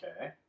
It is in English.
Okay